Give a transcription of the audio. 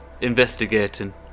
investigating